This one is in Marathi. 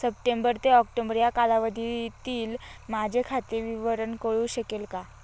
सप्टेंबर ते ऑक्टोबर या कालावधीतील माझे खाते विवरण कळू शकेल का?